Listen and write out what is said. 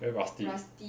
very rusty